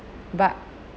but